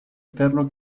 eterno